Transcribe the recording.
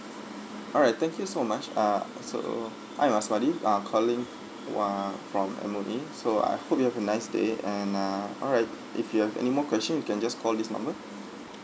alright thank you so much ah uh so I'm asmadi I'm calling wha~ from M_O_E so I hope you have a nice day and ah alright if you have anymore question you can just call this number